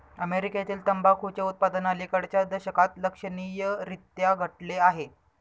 अमेरीकेतील तंबाखूचे उत्पादन अलिकडच्या दशकात लक्षणीयरीत्या घटले आहे